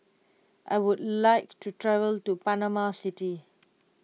I would like to travel to Panama City